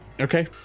Okay